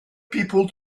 people